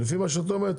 ולפי מה שאת אומרת,